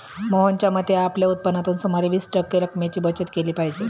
मोहनच्या मते, आपल्या उत्पन्नातून सुमारे वीस टक्के रक्कमेची बचत केली पाहिजे